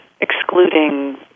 excluding